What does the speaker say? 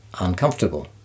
uncomfortable